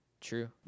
True